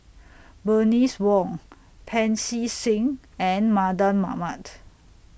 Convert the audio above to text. Bernice Wong Pancy Seng and Mardan Mamat